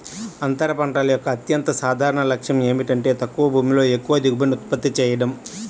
అంతర పంటల యొక్క అత్యంత సాధారణ లక్ష్యం ఏమిటంటే తక్కువ భూమిలో ఎక్కువ దిగుబడిని ఉత్పత్తి చేయడం